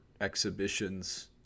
exhibitions